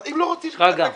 אם אתם לא רוצים, תודיעו.